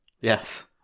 Yes